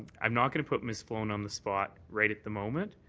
i'm not going to put ms. sloan on the spot right at the moment